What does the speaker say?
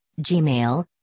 Gmail